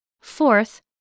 Fourth